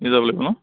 নিজে যাব লাগিব ন